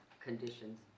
conditions